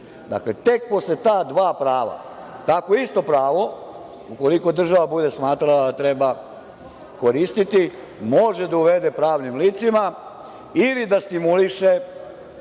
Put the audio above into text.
Dakle, tek posle ta dva prava, takvo isto pravo, ukoliko država bude smatrala da treba koristiti, može da uvede pravnim licima ili da stimuliše